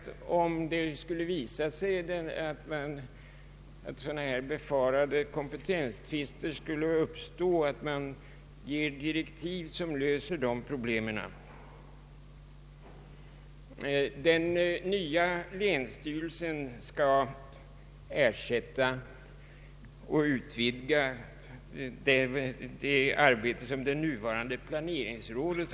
Skulle det visa sig att sådana här befarade kompetenstvister uppkommer måste man ge direktiv som löser de problemen. Den nya länsstyrelsen skall ersätta det nuvarande planeringsrådet.